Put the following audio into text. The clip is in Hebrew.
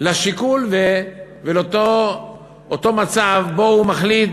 לשיקול ולאותו מצב שהוא מחליט: